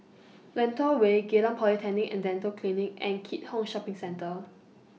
Lentor Way Geylang Polyclinic and Dental Clinic and Keat Hong Shopping Centre